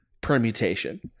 permutation